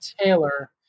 Taylor